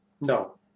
No